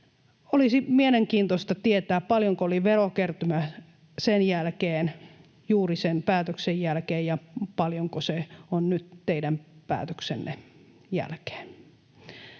Olisi mielenkiintoista tietää, paljonko oli verokertymä juuri sen päätöksen jälkeen ja paljonko se on nyt teidän päätöksenne jälkeen.